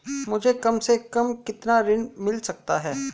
मुझे कम से कम कितना ऋण मिल सकता है?